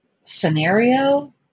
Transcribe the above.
scenario